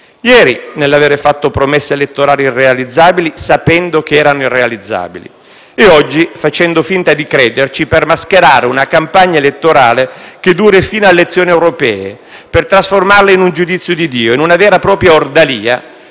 ieri, nell'aver fatto promesse elettorali irrealizzabili, sapendo che erano tali, e oggi facendo finta di crederci per mascherare una campagna elettorale che duri fino alle elezioni europee, per trasformarle in un giudizio di Dio, in una vera e propria ordalia,